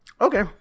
Okay